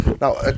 Now